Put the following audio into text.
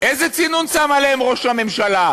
איזה צינון שם עליהם ראש הממשלה?